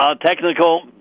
Technical